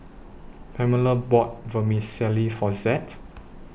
Pamela bought Vermicelli For Zed